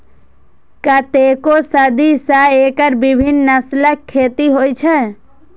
कतेको सदी सं एकर विभिन्न नस्लक खेती होइ छै